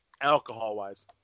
Alcohol-wise